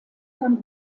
von